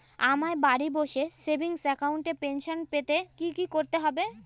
আমায় বাড়ি বসে সেভিংস অ্যাকাউন্টে পেনশন পেতে কি কি করতে হবে?